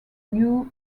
new